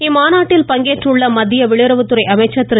இம்மாநாட்டில் பங்கேற்றுள்ள மத்திய வெளியுறவுத்துறை அமைச்சர் திரு